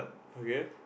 okay